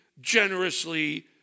generously